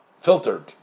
filtered